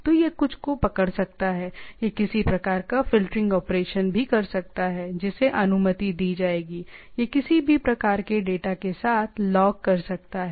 तो यह कुछ को पकड़ सकता है यह किसी प्रकार का फ़िल्टरिंग ऑपरेशन भी कर सकता है जिसे अनुमति दी जाएगी यह किसी भी प्रकार के डेटा के साथ लॉग कर सकता है